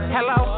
Hello